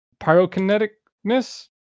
pyrokineticness